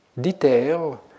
Detail